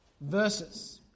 verses